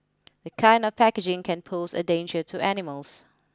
this kind of packaging can pose a danger to animals